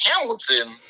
hamilton